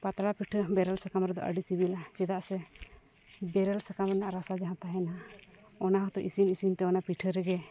ᱯᱟᱛᱲᱟ ᱯᱤᱴᱷᱟᱹ ᱵᱮᱨᱮᱞ ᱥᱟᱠᱟᱢ ᱨᱮᱫᱚ ᱟᱹᱰᱤ ᱥᱤᱵᱤᱞᱟ ᱪᱮᱫᱟᱜ ᱥᱮ ᱵᱮᱨᱮᱞ ᱥᱟᱠᱟᱢ ᱨᱮᱱᱟᱜ ᱨᱟᱥᱟ ᱡᱟᱦᱟᱸ ᱛᱟᱦᱮᱱᱟ ᱚᱱᱟ ᱦᱚᱸᱛᱚ ᱤᱥᱤᱱ ᱤᱥᱤᱱᱛᱮ ᱚᱱᱟ ᱯᱤᱴᱷᱟᱹ ᱨᱮᱜᱮ